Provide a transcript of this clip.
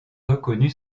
reconnu